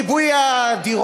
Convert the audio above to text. היא חוק ריבוי הדירות,